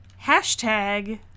hashtag